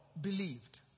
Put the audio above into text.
believed